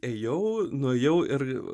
ėjau nuėjau ir